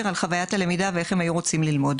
על חווית הלמידה וכיצד הם היו רוצים ללמוד.